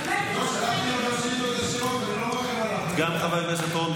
יש לי עוד שאלות, שלחתי לו גם שאילתות ישירות.